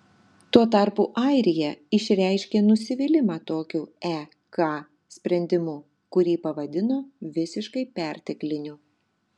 tuo tarpu airija išreiškė nusivylimą tokiu ek sprendimu kurį pavadino visiškai pertekliniu